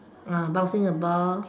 uh bouncing a ball